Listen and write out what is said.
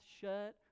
shut